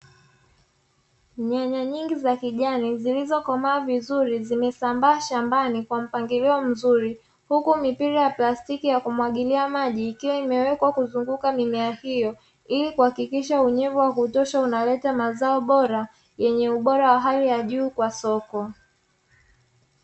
Nyanya nyingi za kijani zilizokomaa vizuri zimesambaa shambani kwa mpangilio mzuri, huku mipira ya plastiki ya kumwagilia maji ikiwa imewekwa kuzunguka mimea hiyo, ilikuhakikisha unyevu wakutosha unaleta mazao bora yenye ubora wa hali ya juu kwa soko.